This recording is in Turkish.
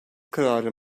kararı